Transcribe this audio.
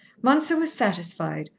mounser was satisfied,